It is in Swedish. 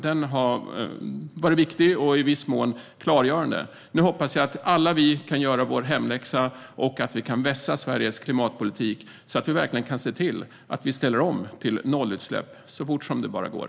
Den har varit viktig och i viss mån klargörande. Nu hoppas jag att alla vi kan göra vår hemläxa och att vi kan vässa Sveriges klimatpolitik så att vi verkligen kan se till att vi ställer om till nollutsläpp så fort som det bara går.